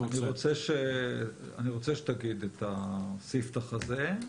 אני רוצה שתגיד את הספתח הזה.